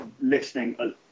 listening